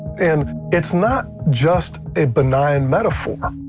and it's not just a benign metaphor.